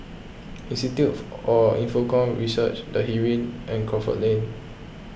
Institute for Infocomm Research the Heeren and Crawford Lane